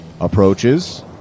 approaches